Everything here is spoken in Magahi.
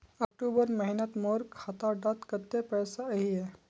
अक्टूबर महीनात मोर खाता डात कत्ते पैसा अहिये?